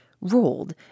rolled